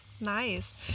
Nice